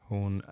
Hon